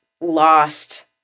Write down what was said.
lost